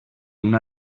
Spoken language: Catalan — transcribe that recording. una